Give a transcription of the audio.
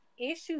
issues